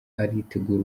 aritegura